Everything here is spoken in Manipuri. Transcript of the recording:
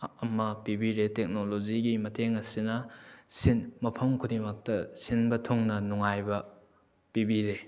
ꯑꯃ ꯄꯤꯕꯤꯔꯦ ꯇꯦꯛꯅꯣꯂꯣꯖꯤꯒꯤ ꯃꯇꯦꯡ ꯑꯁꯤꯅ ꯃꯐꯝ ꯈꯨꯗꯤꯡꯃꯛꯇ ꯁꯤꯟꯕ ꯊꯨꯡꯅ ꯅꯨꯡꯉꯥꯏꯕ ꯄꯤꯕꯤꯔꯦ